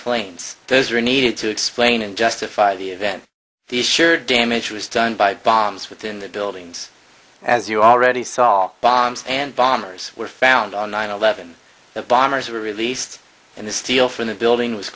planes those are needed to explain and justify the event the sheer damage was done by bombs within the buildings as you already saw bombs and bombers were found on nine eleven the bombers were released and the steel from the building was